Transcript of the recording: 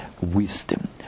wisdom